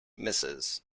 misses